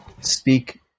speak